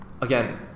again